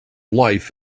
life